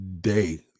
day